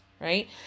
right